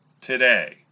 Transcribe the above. today